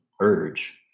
urge